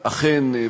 אכן,